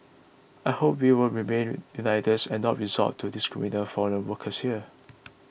I hope we will remained united and not resort to discriminating foreign workers here